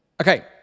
Okay